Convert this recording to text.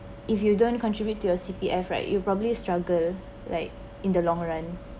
if you don't contribute to your C_P_F right you probably struggle like in the long run